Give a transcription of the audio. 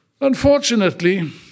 Unfortunately